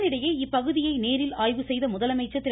இதனிடையே இப்பகுதியை நேரில் ஆய்வு செய்த முதலமைச்சர் திரு